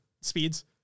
speeds